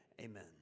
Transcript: Amen